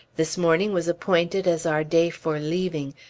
this morning was appointed as our day for leaving,